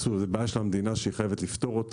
וזאת בעיה של המדינה שהיא חייבת לפתור.